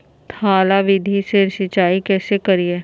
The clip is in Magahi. थाला विधि से सिंचाई कैसे करीये?